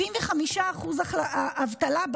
בעיר אילת, 75% אבטלה.